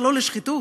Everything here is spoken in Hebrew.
לא לשחיתות?